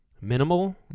minimal